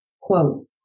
Quote